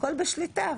הכול בשליטה,